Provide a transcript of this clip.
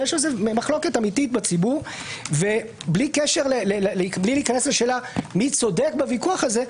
יש מחלוקת אמיתית בציבור ובלי להיכנס לשאלה מי צודק בוויכוח הזה,